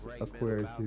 Aquarius